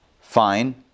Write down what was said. Fine